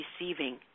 receiving